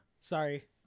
Sorry